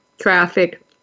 traffic